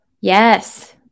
Yes